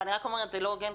אני רק אגיד שזה לא הוגן,